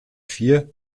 vier